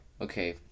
okay